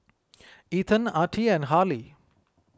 Ethan Attie and Harlie